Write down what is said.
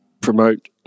promote